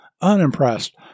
unimpressed